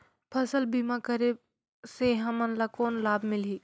फसल बीमा करे से हमन ला कौन लाभ मिलही?